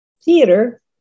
Theater